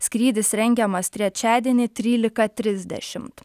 skrydis rengiamas trečiadienį trylika trisdešimt